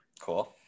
Cool